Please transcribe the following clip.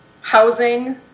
housing